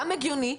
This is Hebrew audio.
גם הגיוני,